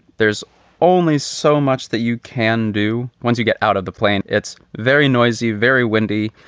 there's only so much that you can do once you get out of the plane. it's very noisy, very windy.